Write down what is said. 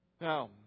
Now